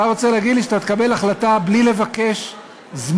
אתה רוצה להגיד לי שאתה תקבל החלטה בלי לבקש זמן,